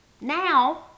Now